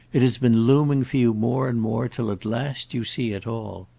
it has been looming for you more and more till at last you see it all.